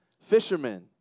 Fishermen